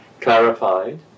clarified